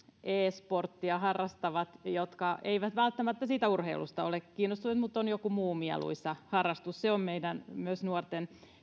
sportia harrastavat jotka eivät välttämättä siitä urheilusta ole kiinnostuneet mutta on joku muu mieluisa harrastus se on meidän myös nuorten